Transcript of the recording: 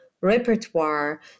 repertoire